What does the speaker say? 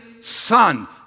son